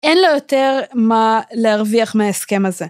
אין לו יותר מה להרוויח מההסכם הזה.